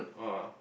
!wah!